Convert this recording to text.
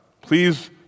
Please